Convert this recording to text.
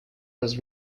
was